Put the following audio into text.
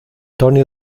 tony